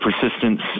persistence